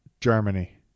Germany